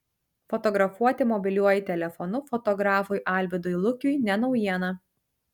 fotografuoti mobiliuoju telefonu fotografui alvydui lukiui ne naujiena